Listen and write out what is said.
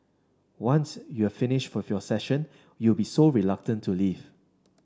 once you're finished with your session you'll be so reluctant to leave